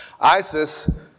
ISIS